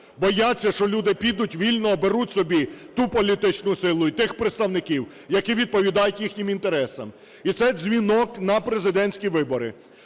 бояться, що люди підуть й вільно оберуть собі ту політичну силу і тих представників, які відповідають їхнім інтересам. І це дзвінок на президентські вибори,